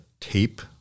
tape